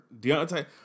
Deontay